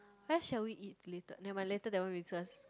where shall we eat later never mind later that one we just